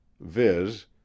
viz